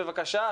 בבקשה,